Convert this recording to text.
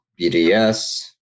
BDS